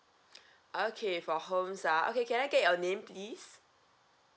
okay for homes ah okay can I get your name please